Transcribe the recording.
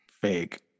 fake